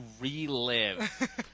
relive